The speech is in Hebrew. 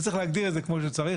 צריך להגדיר את זה כמו שצריך.